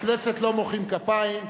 בכנסת לא מוחאים כפיים,